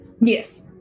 Yes